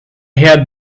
had